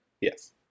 Yes